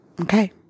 Okay